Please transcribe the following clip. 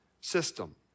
system